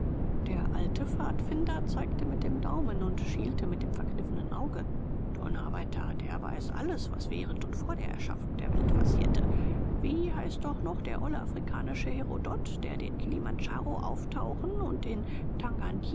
der alte pfadfinder zeigte mit dem daumen und schielte mit dem verkniffenen auge donnerwetter der weiß alles was während und vor der erschaffung der welt passierte wie heißt doch noch der olle afrikanische herodot der den kilimandjaro auftauchen und den